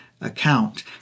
account